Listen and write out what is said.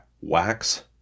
Wax